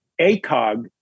ACOG